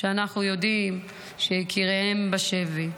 שאנחנו יודעים שיקיריהם בשבי.